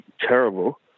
terrible